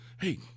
Hey